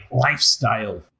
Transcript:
lifestyle